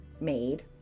made